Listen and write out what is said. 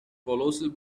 colossal